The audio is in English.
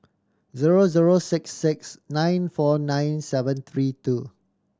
zero zero six six nine four nine seven three two